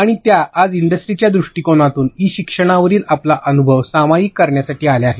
आणि त्या आज इंडस्ट्रीच्या दृष्टीकोनातून ई शिक्षणावरील आपला अनुभव सामायिक करण्यासाठी आल्या आहेत